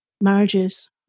marriages